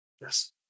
Yes